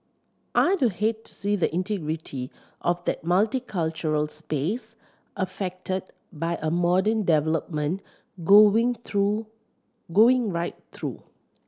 I'd hate to see the integrity of that multicultural space affected by a modern development going through going right through